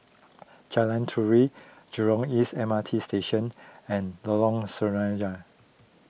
Jalan Turi Jurong East M R T Station and Lorong Sinaran